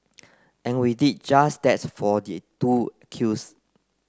and we did just that for the two accused